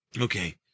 Okay